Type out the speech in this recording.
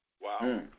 Wow